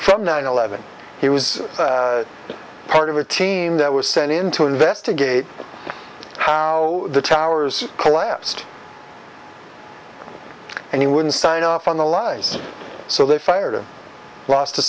from nine eleven he was part of a team that was sent in to investigate how the towers collapsed and he wouldn't sign off on the lies so they fired him lost a